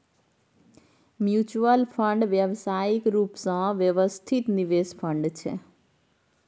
mutual fund व्यावसायिक रूप सँ व्यवस्थित निवेश फंड छै